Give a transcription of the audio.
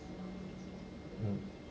mm